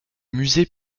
musée